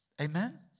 Amen